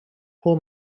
pull